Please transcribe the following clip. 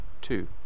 two